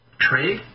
trade